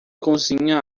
cozinha